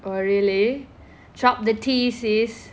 oh really drop the tea sis~